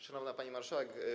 Szanowna Pani Marszałek!